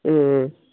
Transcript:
ம்ம்